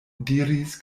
diris